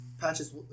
Patches